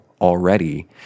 already